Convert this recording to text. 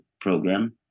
program